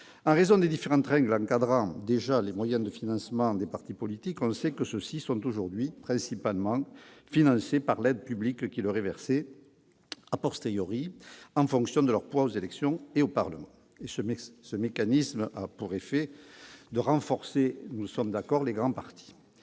En raison des différentes règles encadrant déjà les moyens de financement des partis politiques, on sait que ceux-ci sont aujourd'hui principalement financés par l'aide publique qui leur est versée, en fonction de leur poids aux élections et au Parlement. Nous le savons, ce mécanisme a pour effet de renforcer les grandes formations.